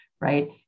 right